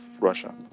Russia